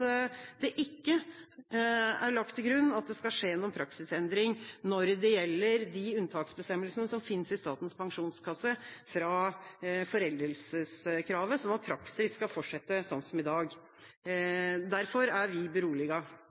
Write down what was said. det ikke er lagt til grunn at det skal skje noen praksisendring når det gjelder de unntaksbestemmelsene som finnes i Statens pensjonskasse fra foreldelseskravet, sånn at praksis skal fortsette som i dag. Derfor er vi